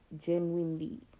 genuinely